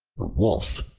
the wolf,